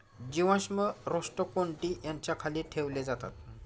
जीवाश्म रोस्ट्रोकोन्टि याच्या खाली ठेवले जातात